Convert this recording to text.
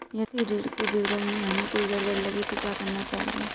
यदि ऋण के विवरण में हमें कोई गड़बड़ लगे तो क्या करना चाहिए?